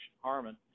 Harmon